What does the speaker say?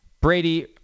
Brady